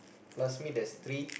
plus me there's three